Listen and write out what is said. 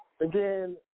again